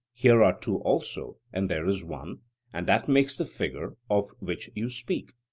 here are two also and there is one and that makes the figure of which you speak?